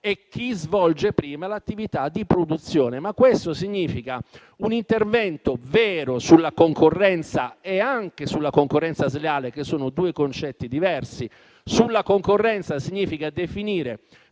e chi svolge prima l'attività di produzione. Ma questo significa un intervento vero sulla concorrenza e anche sulla concorrenza sleale, che sono due concetti diversi. Intervenire sulla concorrenza significa definire